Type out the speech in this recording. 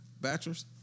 Bachelor's